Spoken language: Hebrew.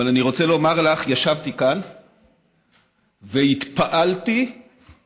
אבל אני רוצה לומר לך, ישבתי כאן והתפעלתי מהצורה